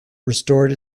restored